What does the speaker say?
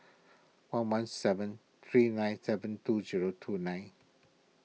one one seven three nine seven two zero two nine